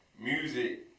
Music